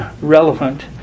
relevant